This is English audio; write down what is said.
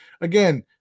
Again